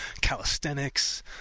calisthenics